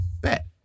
bet